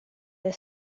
your